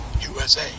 USA